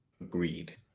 Agreed